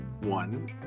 One